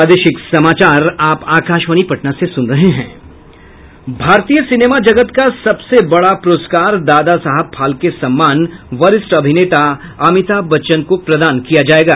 भारतीय सिनेमा जगत का सबसे बड़ा पुरस्कार दादा साहब फाल्के सम्मान वरिष्ठ अभिनेता अमिताभ बच्चन को प्रदान किया जायेगा